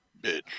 bitch